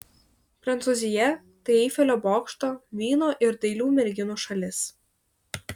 prancūzija tai eifelio bokšto vyno ir dailių merginų šalis